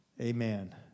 Amen